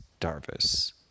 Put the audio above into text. Darvis